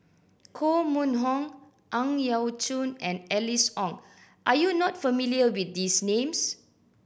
Koh Mun Hong Ang Yau Choon and Alice Ong are you not familiar with these names